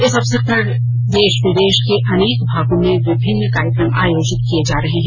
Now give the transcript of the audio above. इस अवसर पर देश विदेश के अनेक भागों में विभिन्न कार्यक्रम आयोजित किए जा रहे हैं